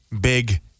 big